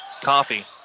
Coffee